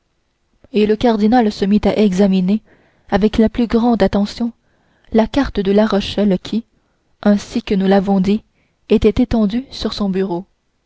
et le cardinal se mit à examiner avec la plus grande attention la carte de la rochelle qui ainsi que nous l'avons dit était étendue sur son bureau